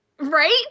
Right